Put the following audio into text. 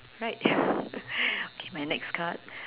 right okay my next card